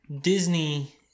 Disney